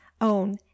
own